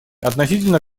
относительно